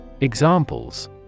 Examples